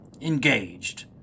engaged